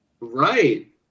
Right